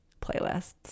playlists